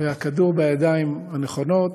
והכדור בידיים הנכונות.